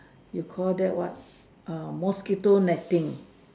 you call that what err mosquito netting